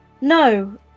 No